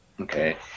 okay